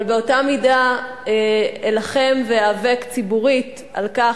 אבל באותה מידה אלחם ואיאבק ציבורית על כך